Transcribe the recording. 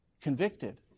convicted